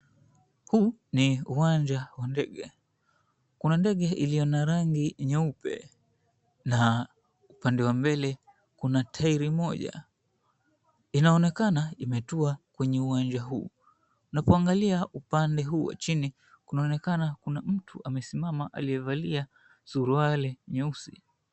Huu ni uwanja wa ndege. Kuna ndege iliyo na rangi nyeupe na upande wa mbele kuna tyre moja. Inaonekana imetua kwenye uwanja huu. Unapoangalia upande huu wa chini kunaonekana kuna mtu amesimama aliyevalia suruali nyeusi.